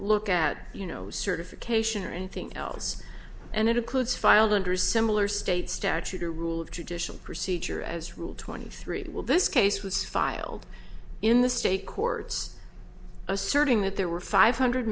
look at you know certification or anything else and it includes filed under a similar state statute or rule of judicial procedure as rule twenty three will this case was filed in the state courts asserting that there were five hundred